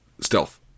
stealth